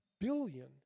billion